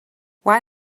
why